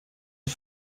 ses